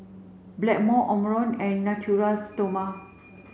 Blackmore Omron and Natura Stoma